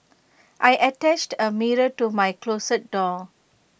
I attached A mirror to my closet door